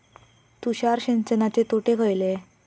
तुषार सिंचनाचे तोटे खयले?